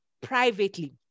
privately